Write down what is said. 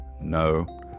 no